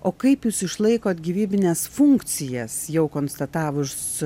o kaip jūs išlaikot gyvybines funkcijas jau konstatavus